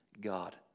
God